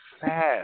fast